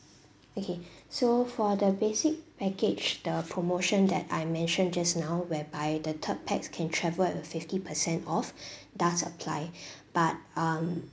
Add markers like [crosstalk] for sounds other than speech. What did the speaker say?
okay [breath] so for the basic package the promotion that I mentioned just now whereby the third pax can travel at a fifty percent off [breath] does apply [breath] but um